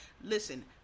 listen